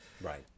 Right